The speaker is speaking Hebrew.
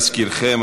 להזכירכם,